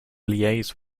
liaise